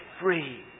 free